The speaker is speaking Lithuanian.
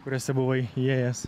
kuriuose buvai įėjęs